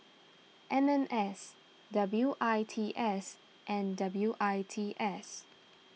M M S W I T S and W I T S